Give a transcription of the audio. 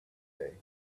day